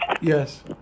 Yes